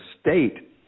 state